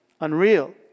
unreal